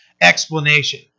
explanation